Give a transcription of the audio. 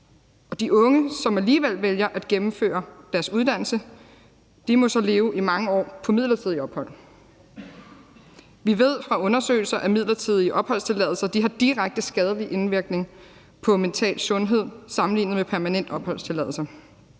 De unge, som alligevel vælger at gennemføre deres uddannelse, må så leve i mange år på midlertidigt ophold. Vi ved fra undersøgelser, at midlertidige opholdstilladelser har direkte skadelig indvirkning på mental sundhed sammenlignet med permanente opholdstilladelser.